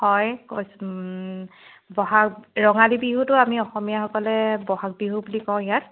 হয় ব'হাগ ৰঙালী বিহুটো আমি অসমীয়াসকলে ব'হাগ বিহু বুলি কওঁ ইয়াত